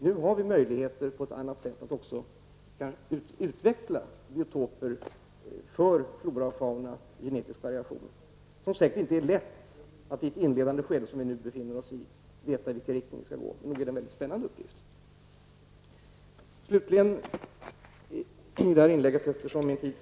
Nu har vi möjligheter att på ett annat sätt också utveckla biotoper för flora och fauna och genetisk variation. Det är säkert inte lätt i ett inledande skede, där vi nu befinner oss, att veta i vilken riktning det skall gå. Men nog är det en mycket spännande uppgift.